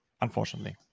unfortunately